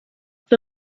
the